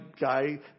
guy